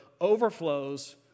overflows